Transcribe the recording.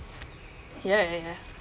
ya ya ya